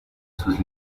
sus